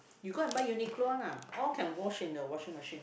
you go and buy Uniqlo one ah all can wash in the washing machine